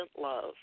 love